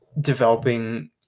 developing